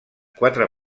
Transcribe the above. quatre